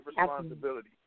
responsibility